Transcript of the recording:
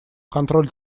контроль